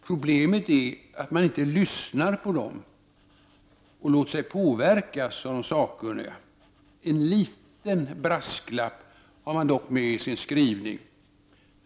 Problemet är att man inte lyssnar på och låter sig påverkas av de sakkunniga. En liten brasklapp har man dock med i sin skrivning.